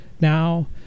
now